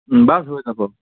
বাচ হৈ যাব